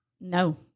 No